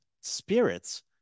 spirits